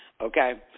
Okay